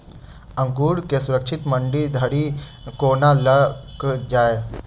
अंगूर केँ सुरक्षित मंडी धरि कोना लकऽ जाय?